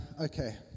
Okay